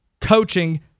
coaching